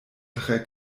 tre